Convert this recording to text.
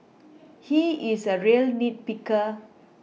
he is a real nit picker